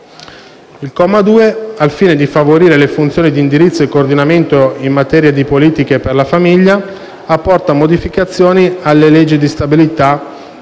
Il comma 2, al fine di favorire le funzioni di indirizzo e coordinamento in materia di politiche per la famiglia, apporta modificazioni alla legge di stabilità